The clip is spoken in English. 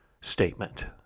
statement